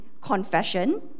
confession